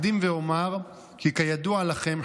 אקדים ואומר כי כידוע לכם,